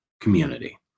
community